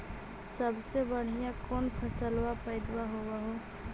सबसे बढ़िया कौन फसलबा पइदबा होब हो?